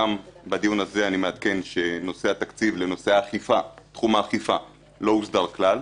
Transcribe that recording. גם בדיון הזה אני מעדכן שנושא התקציב לנושא תחום האכיפה לא הוסדר כלל.